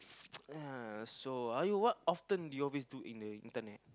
ya so are you what often do you always do in the internet